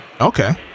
Okay